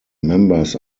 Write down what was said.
members